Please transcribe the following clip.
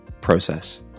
process